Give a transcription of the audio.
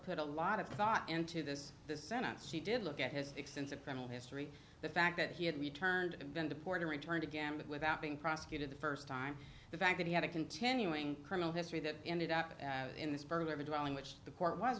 put a lot of thought into this the senate she did look at his extensive criminal history the fact that he had returned and been deported returned again without being prosecuted the first time the fact that he had a continuing criminal history that ended up in this birth of a drawing which the court was